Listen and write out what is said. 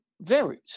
varies